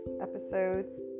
Episodes